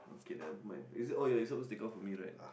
okay nevermind is it oh ya you're supposed to take off for me right